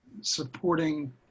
supporting